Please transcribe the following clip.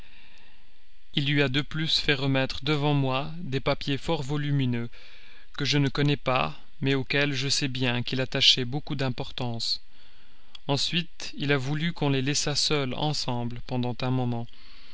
il lui a de plus fait remettre devant moi des papiers fort volumineux que je ne connais pas mais auxquels je sais bien qu'il attachait beaucoup d'importance ensuite il a voulu qu'on les laissât seuls ensemble pendant un moment